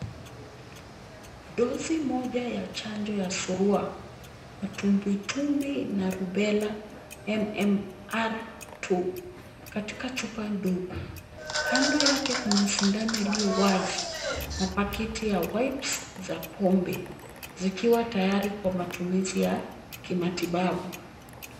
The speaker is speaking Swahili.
Dozi moja ya chanjo ya surua, matumbwitumbwi na rubela MMR two katika chupa ndogo. Kando yake kuna sindano iliyowazi na pakiti ya wipes za pombe, zikiwa tayari kwa matumizi ya kimatibabu.